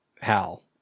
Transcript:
Hal